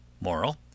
Moral